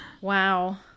Wow